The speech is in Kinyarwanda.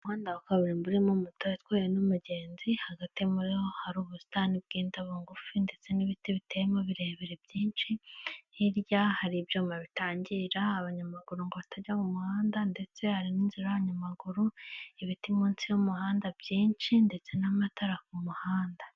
Umuhanda wa kaburimbo urimo moto itwawe n'umugenzi, hagati muri ho hari ubusitani bw'indabo ngufi ndetse n'ibiti biteyemo birebire byinshi, hirya hari ibyuma bitangira abanyamaguru ngo batajya mu muhanda ndetse hari n'inzirayabamaguru, ibiti munsi y'umuhanda byinshi ndetse n'amatara ku muhanda.